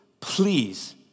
please